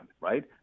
right